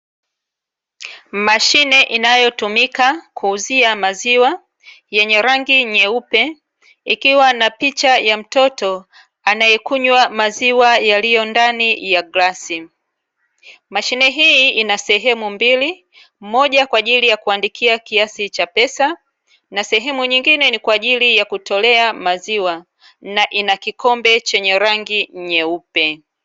Mashine inayotumika kuuzia maziwa, yenye rangi nyeupe ikiwa na picha ya mtoto anayekunywa maziwa yaliyo ndani ya glasi. Mashine hii ina sehemu mbili, moja kwa ajili ya kuandikia kiasi cha pesa na sehemu nyingine ni kwa ajili ya kutolea maziwa na ina kikombe chenye rangi nyeupe.